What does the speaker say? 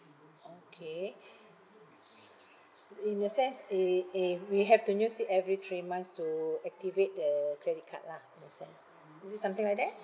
okay s~ s~ in a sense i~ if we have to use it every three months to activate the credit card lah in a sense is it something like that